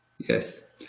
Yes